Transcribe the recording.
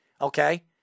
Okay